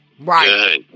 right